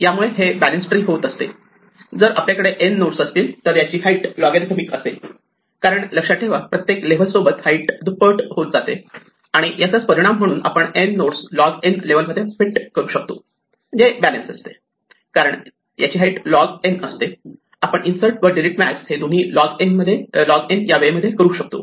यामुळे हे balance tree होत असते जर आपल्याकडे n नोड्स असतील तर याची हाईट लॉगॅरिथमिक असेल कारण लक्षात ठेवा प्रत्येक लेव्हल सोबत हाईट दुप्पट होते आणि याचाच परिणाम म्हणून आपण n nodes log n level मध्ये फिट करू शकतो जे बॅलन्स असते कारण याची हाईट लॉग n असते आपण इन्सर्ट व डिलीट मॅक्स हे दोन्ही लॉग n या वेळेमध्ये करू शकतो